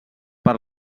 per